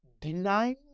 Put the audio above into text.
denying